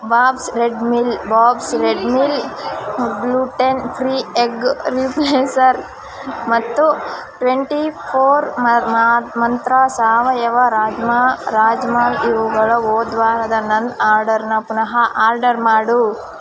bobs Red Mill Bob's Red Mill gluten free egg replacer ಮತ್ತು twenty four Mantra ಸಾವಯವ ರಾಜ್ಮಾ ರಾಜ್ಮಾ ಇವುಗಳ ಹೋದ ವಾರದ ನನ್ನ ಆರ್ಡರನ್ನ ಪುನಃ ಆರ್ಡರ್ ಮಾಡು